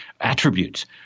attributes